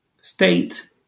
state